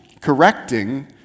correcting